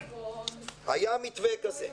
היה מתווה כזה,